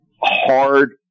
hard